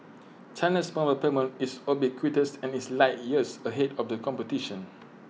China's mobile payment is ubiquitous and is light years ahead of the competition